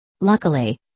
Luckily